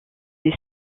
des